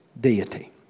deity